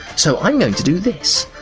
so i'm going to do this.